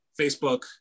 Facebook